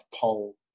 poll